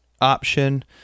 option